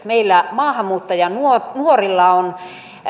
meillä maahanmuuttajanuorilla on